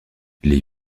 les